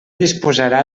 disposarà